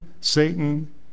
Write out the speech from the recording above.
Satan